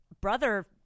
brother